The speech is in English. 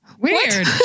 weird